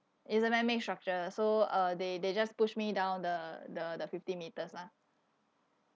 it's a man-made structure so uh they they just push me down the the the fifty metres lah